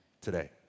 Today